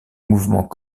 mouvement